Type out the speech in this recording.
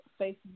Facebook